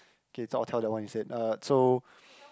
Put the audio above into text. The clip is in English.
okay so I will tell that one instead uh so